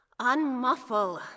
Unmuffle